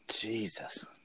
Jesus